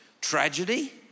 tragedy